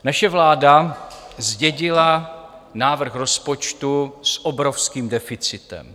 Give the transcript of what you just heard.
Naše vláda zdědila návrh rozpočtu s obrovským deficitem.